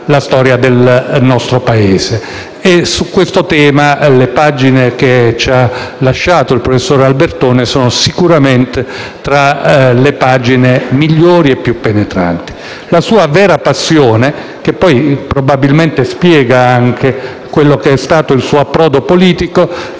grazie a tutti.